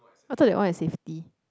I thought that one is safety